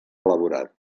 elaborat